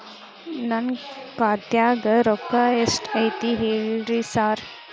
ನನ್ ಖಾತ್ಯಾಗ ರೊಕ್ಕಾ ಎಷ್ಟ್ ಐತಿ ಹೇಳ್ರಿ ಸಾರ್?